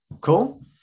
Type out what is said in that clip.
cool